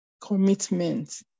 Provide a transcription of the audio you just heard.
Commitment